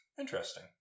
Interesting